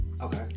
Okay